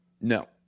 no